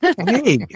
Hey